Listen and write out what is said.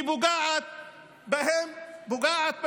היא פוגעת בהם, פוגעת בשוויון.